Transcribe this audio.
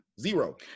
Zero